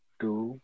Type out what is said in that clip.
two